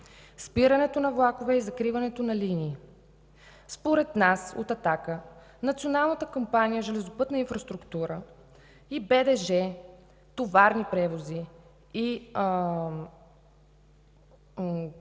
спирането на влакове и закриването на линии. Според нас от „Атака” Националната компания „Железопътна инфраструктура”, БДЖ „Товарни превози” и